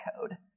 code